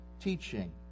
teaching